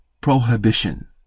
prohibition